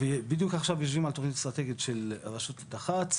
בדיוק עכשיו יושבים על תוכנית אסטרטגית של רשות התח"צ,